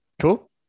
cool